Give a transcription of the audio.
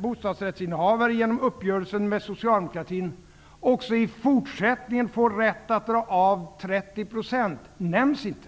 bostadsrättsinnehavare genom uppgörelsen med socialdemokratin också i fortsättningen får rätt att dra av 30 % nämns inte.